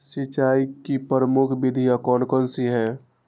सिंचाई की प्रमुख विधियां कौन कौन सी है?